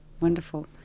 Wonderful